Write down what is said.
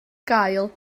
gael